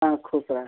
हाँ खुश रहो